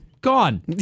Gone